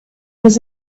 was